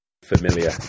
familiar